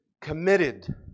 committed